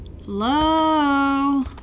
Hello